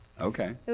Okay